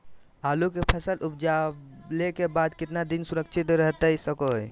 आलू के फसल उपजला के बाद कितना दिन सुरक्षित रहतई सको हय?